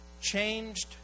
changed